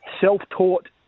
Self-taught